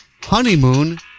Honeymoon